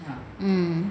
mm